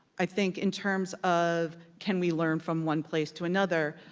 i think in terms of can we learn from one place to another,